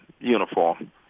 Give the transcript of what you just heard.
uniform